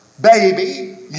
baby